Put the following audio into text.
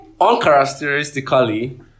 Uncharacteristically